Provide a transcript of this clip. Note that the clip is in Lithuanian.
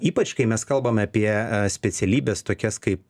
ypač kai mes kalbame apie specialybes tokias kaip